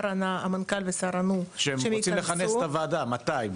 המנכ"ל והשר ענו --- שהם רוצים לכנס את הוועדה מתי?